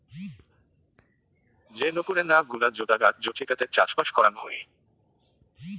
যে নপরে না গুলা জুদাগ আর জুচিকাতে চাষবাস করাং হই